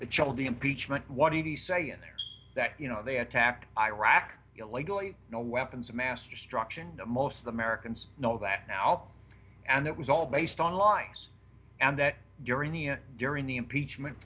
the impeachment what did he say in there that you know they attacked iraq illegally no weapons of mass destruction most americans know that now and it was all based on lies and that during the during the impeachment